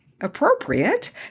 appropriate